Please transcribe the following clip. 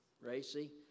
Racy